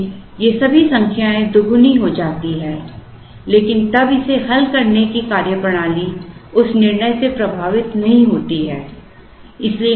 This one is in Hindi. इसलिए ये सभी संख्याएँ दुगुनी हो जाती हैं लेकिन तब इसे हल करने की कार्यप्रणाली उस निर्णय से प्रभावित नहीं होती है